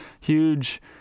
huge